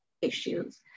issues